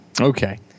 Okay